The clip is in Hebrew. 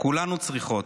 כולנו צריכות.